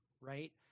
right